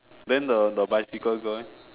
then the the bicycle girl eh